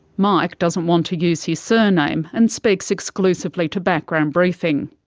mike doesn't want to use his surname and speaks exclusively to background briefing.